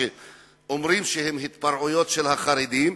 שאומרים שהן התפרעויות של החרדים,